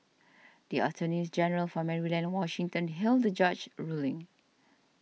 the attorneys general for Maryland and Washington hailed the judge ruling